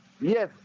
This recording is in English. yes